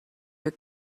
your